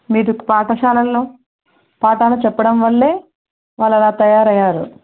మీరు పాఠశాలలో పాఠాలు చెప్పడం వల్ల వాళ్ళు అలా తయారు అయ్యారు